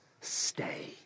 stay